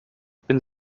bin